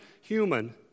human